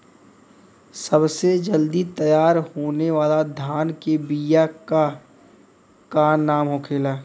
सबसे जल्दी तैयार होने वाला धान के बिया का का नाम होखेला?